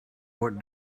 what